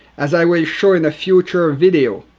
as i will show in a future video,